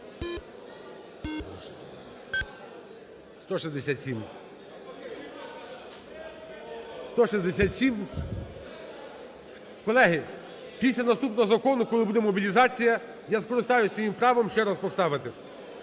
За-167 Колеги, після наступного закону, коли буде мобілізація, я скористаюсь своїм правом ще раз поставити.